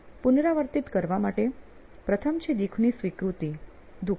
પુનરાવર્તિત કરવા માટે પ્રથમ છે દુખની સ્વીકૃતિ દુખ